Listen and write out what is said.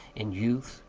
in youth,